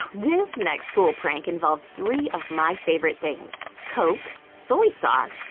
this next school prank involves three of my favorite things coke, soy sauce,